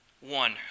One